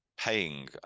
paying